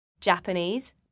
Japanese